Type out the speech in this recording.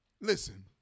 Listen